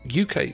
UK